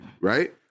right